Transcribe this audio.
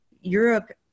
Europe